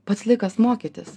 pats laikas mokytis